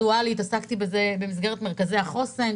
כל השימוש הדואלי התעסקתי בזה במסגרת מרכזי החוסן,